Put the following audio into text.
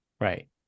right